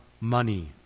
money